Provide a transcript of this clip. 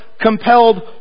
compelled